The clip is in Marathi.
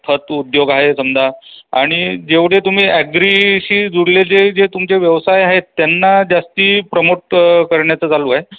खत उद्योग आहे समजा आणि जेवधे तुम्ही ॲग्रीशी जुळलेले जे तुमचे व्यवसाय आहेत त्यांना जास्ती प्रमोट करण्याचं चालू आहे